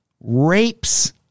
rapes